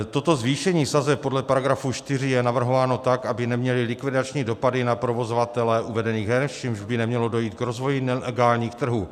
Toto zvýšení sazeb podle § 4 je navrhováno tak, aby nemělo likvidační dopady na provozovatele uvedení her, čímž by nemělo dojít k rozvoji nelegálních trhů.